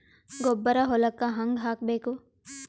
ಗೊಬ್ಬರ ಹೊಲಕ್ಕ ಹಂಗ್ ಹಾಕಬೇಕು?